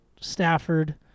Stafford